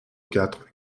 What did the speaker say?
quatre